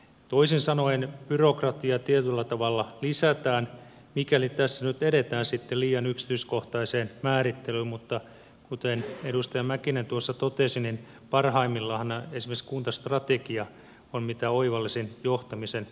toisin sanoen byrokratiaa tietyllä tavalla lisätään mikäli tässä nyt edetään liian yksityiskohtaiseen määrittelyyn mutta kuten edustaja mäkinen totesi niin parhaimmillaanhan esimerkiksi kuntastrategia on mitä oivallisin johtamisen väline